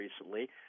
recently